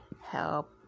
help